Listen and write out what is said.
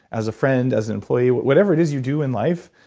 as a friend, as an employee, whatever it is you do in life,